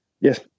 yes